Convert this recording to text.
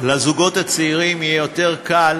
לזוגות הצעירים יהיה יותר קל